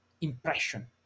impression